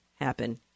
happen